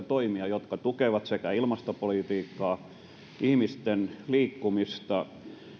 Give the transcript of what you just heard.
toimia jotka tukevat sekä ilmastopolitiikkaa että ihmisten liikkumista